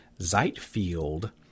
Zeitfeld